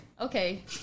Okay